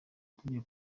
tugiye